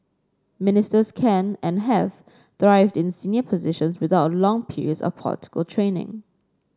ministers can and have thrived in senior positions without long periods of political training